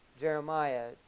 Jeremiah